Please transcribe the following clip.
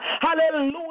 Hallelujah